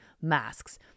masks